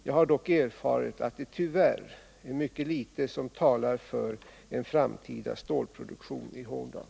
Jag har dock erfarit att det tyvärr är mycket litet som talar för en framtida stålproduktion i Horndal.